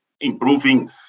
improving